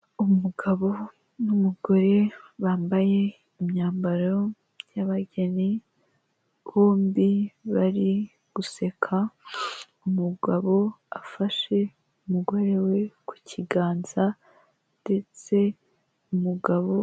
Umugabo n'umugore bambaye imyambaro y'abageni, bombi bari guseka umugabo afashe umugore we ku kiganza ndetse umugabo...